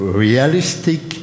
realistic